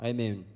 Amen